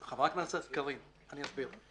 חברת הכנסת קארין אלהרר, אסביר.